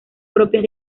propias